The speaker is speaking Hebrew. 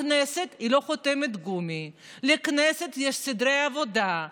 הכנסת לא חותמת גומי, לכנסת יש סדרי עבודה.